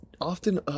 often